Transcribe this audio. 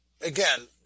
again